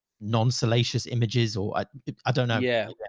non salacious images or i don't know. yeah yeah